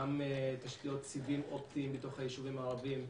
גם תשתיות סיבים אופטיים בתוך היישובים הערביים,